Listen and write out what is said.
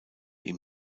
ihm